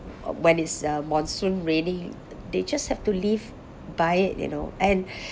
when it's a uh monsoon raining they just have to live by it you know and